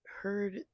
heard